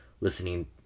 listening